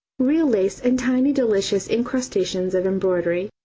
real lace and tiny delicious incrustations of embroidery.